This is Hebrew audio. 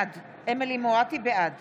מואטי, בעד